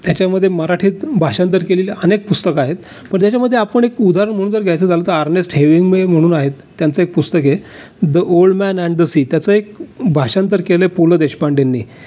त्याच्यामधे मराठीत भाषांतर केलेली अनेक पुस्तकं आहेत पण त्याच्यामध्ये आपण एक उदाहरण म्हणून जर घ्यायचं झालं तर अर्नेस्ट हेमिंग्वे म्हणून आहेत त्यांचं एक पुस्तकं a the old man and the sea त्याचं एक भाषांतर केलं आहे पु ल देशपांडेंनी